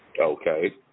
Okay